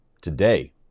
today